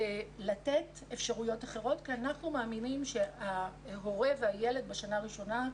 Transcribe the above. לתת אפשרויות אחרות כי אנחנו מאמינים שההורה והילד בשנה הראשונה,